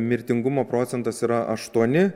mirtingumo procentas yra aštuoni